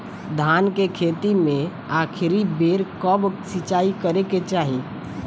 धान के खेती मे आखिरी बेर कब सिचाई करे के चाही?